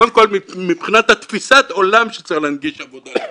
קודם כל מבחינת תפיסת העולם שצריך להנגיש עבודה לאנשים,